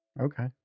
Okay